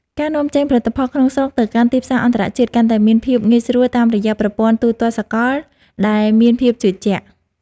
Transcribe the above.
ការនាំចេញផលិតផលក្នុងស្រុកទៅកាន់ទីផ្សារអន្តរជាតិកាន់តែមានភាពងាយស្រួលតាមរយៈប្រព័ន្ធទូទាត់សកលដែលមានភាពជឿជាក់។